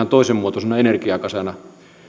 toisen muotoisena energiakasana